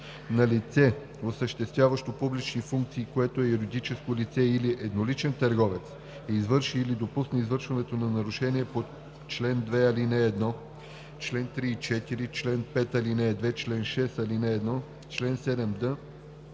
На лице, осъществяващо публични функции, което е юридическо лице или едноличен търговец и извърши или допусне извършването на нарушение по чл. 2, ал. 1, чл. 3, 4, чл. 5, ал. 2, чл. 6, ал. 1, чл. 7д, ал.